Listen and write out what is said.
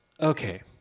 Okay